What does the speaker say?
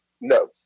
no